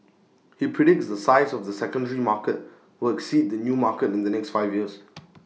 he predicts the size of the secondary market will exceed the new market in the next five years